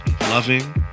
loving